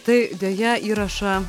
tai deja įrašą